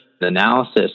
analysis